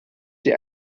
sie